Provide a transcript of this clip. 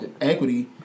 Equity